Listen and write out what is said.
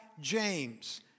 James